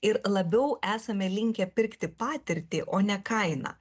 ir labiau esame linkę pirkti patirtį o ne kainą